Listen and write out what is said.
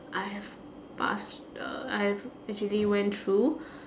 I have passed uh I have actually went through